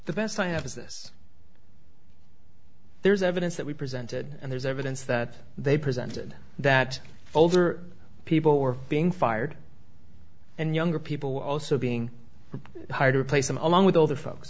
this there is evidence that we presented and there's evidence that they presented that older people were being fired and younger people were also being hired replace them along with other folks